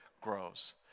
grows